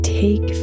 take